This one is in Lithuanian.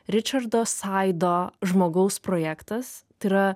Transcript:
ričardo saido žmogaus projektas tai yra